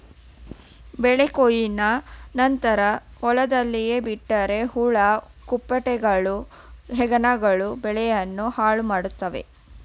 ಬೆಳೆ ಕೊಯ್ಲಿನ ನಂತರ ಹೊಲದಲ್ಲೇ ಬಿಟ್ಟರೆ ಹುಳ ಹುಪ್ಪಟೆಗಳು, ಹೆಗ್ಗಣಗಳು ಬೆಳೆಯನ್ನು ಹಾಳುಮಾಡುತ್ವೆ